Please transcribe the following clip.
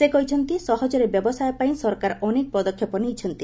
ସେ କହିଛନ୍ତି ସହଜରେ ବ୍ୟବସାୟ ପାଇଁ ସରକାର ଅନେକ ପଦକ୍ଷେପ ନେଇଛନ୍ତି